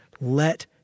Let